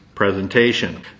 presentation